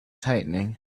tightening